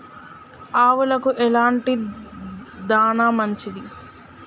ఆవులకు ఎలాంటి దాణా మంచిది?